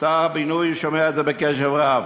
שר הבינוי שומע את זה בקשב רב.